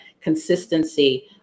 consistency